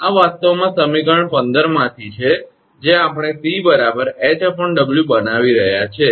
આ વાસ્તવમાં સમીકરણ 15 માંથી છે જે આપણે 𝑐 𝐻𝑊 બનાવી રહ્યા છીએ